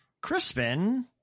crispin